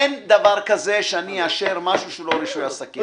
אין דבר כזה שאני אאשר משהו שהוא לא רישוי עסקים.